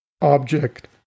object